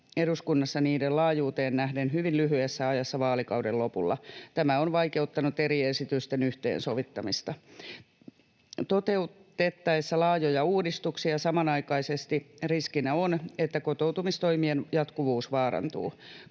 eduskunnassa niiden laajuuteen nähden hyvin lyhyessä ajassa vaalikauden lopulla. Tämä on vaikeuttanut eri esitysten yhteensovittamista. Toteutettaessa laajoja uudistuksia samanaikaisesti riskinä on, että kotoutumistoimien jatkuvuus vaarantuu.